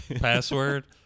password